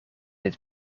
het